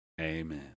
Amen